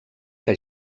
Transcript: que